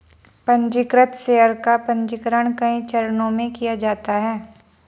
पन्जीकृत शेयर का पन्जीकरण कई चरणों में किया जाता है